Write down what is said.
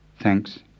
Thanks